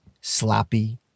sloppy